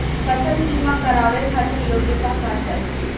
फसल बीमा करावे खातिर योग्यता का चाही?